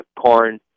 corn